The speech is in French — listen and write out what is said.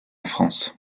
france